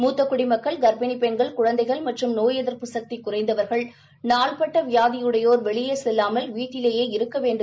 மூத்த குடிமக்கள் கா்ப்பிணி பெண்கள் குழந்தைகள் மற்றும் நோய் எதிா்ப்பு சக்தி குறைந்தவா்கள் நாள்பட்ட வியாதியுடையோர் வெளியே செல்லாமல் வீட்டிலேயே இருக்க வேண்டும்